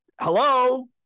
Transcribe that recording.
hello